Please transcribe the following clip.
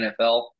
NFL